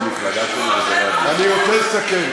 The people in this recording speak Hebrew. אני רוצה לסכם.